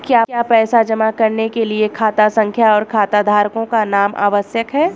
क्या पैसा जमा करने के लिए खाता संख्या और खाताधारकों का नाम आवश्यक है?